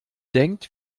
denkt